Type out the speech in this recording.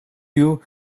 you